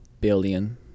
billion